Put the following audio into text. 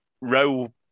row